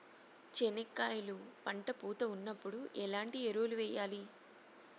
చెనక్కాయలు పంట పూత ఉన్నప్పుడు ఎట్లాంటి ఎరువులు వేయలి?